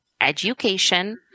education